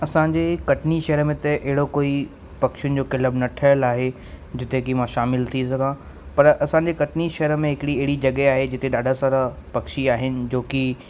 असांजे कटनी शहर में त अहिड़ो कोई पक्षियुनि जो क्लब न ठहियल आहे जिते कि मां शामिल थी सघां पर असांजे कटनी शहर में हिकिड़ी अहिड़ी जॻहि आहे जिते ॾाढा सारा पक्षी आहिनि जो कि